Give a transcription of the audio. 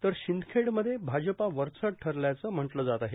तर शिंदखेड मध्ये भाजपा वरचढ ठरल्याचं म्हटलं जात आहे